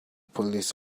police